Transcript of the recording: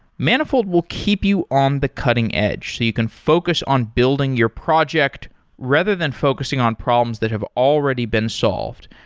manifold will keep you on the cutting-edge so you can focus on building your project rather than focusing on problems that have already been solved.